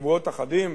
בשבועות אחדים,